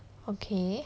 okay